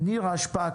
חה"כ נירה שפק,